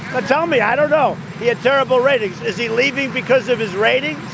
but tell me i don't know. he had terrible ratings. is he leaving because of his ratings.